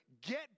get